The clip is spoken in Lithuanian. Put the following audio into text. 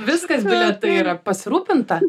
viskas bilietai yra pasirūpinta